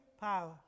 power